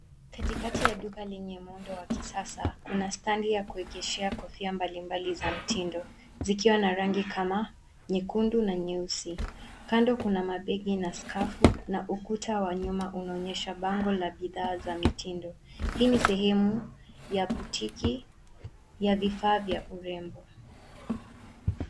Katikati ya duka lenye muundo wa kisasa kuna standi ya kuegeshea kofia mbalimbali za mtindo zikiwa na rangi kama nyekundu na nyeusi. Kando kuna mabegi na skafu na ukuta wa nyuma unaonyesha bango la bidhaa za mitindo. Hii ni sehemu ya boutique ya vifaa vya urembo.